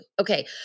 Okay